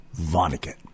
Vonnegut